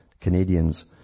Canadians